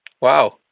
Wow